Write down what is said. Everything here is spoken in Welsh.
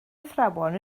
athrawon